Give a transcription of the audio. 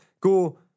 Go